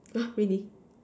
!huh! really